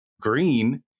green